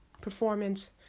performance